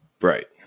right